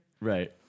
Right